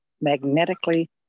magnetically